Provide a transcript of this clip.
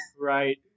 Right